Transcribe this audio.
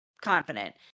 confident